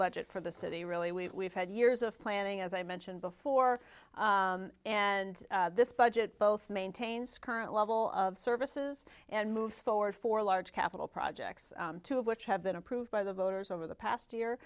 budget for the city really we have had years of planning as i mentioned before and this budget both maintains current level of services and moves forward for large capital projects two of which have been approved by the voters over the past year